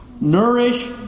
Nourish